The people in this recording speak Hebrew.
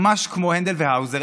ממש כמו הנדל והאוזר,